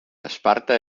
esparta